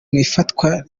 ifatwa